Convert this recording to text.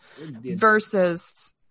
versus